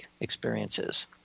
experiences